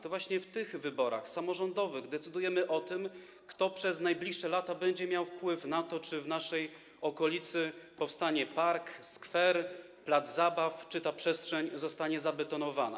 To właśnie w wyborach samorządowych decydujemy o tym, kto przez najbliższe lata będzie miał wpływ na to, czy w naszej okolicy powstanie park, skwer, plac zabaw, czy ta przestrzeń zostanie zabetonowana.